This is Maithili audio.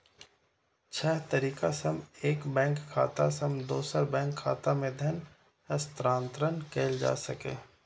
छह तरीका सं एक बैंक खाता सं दोसर बैंक खाता मे धन हस्तांतरण कैल जा सकैए